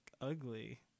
ugly